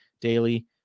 daily